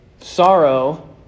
Sorrow